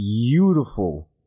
beautiful